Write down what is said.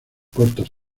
cortos